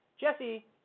Jesse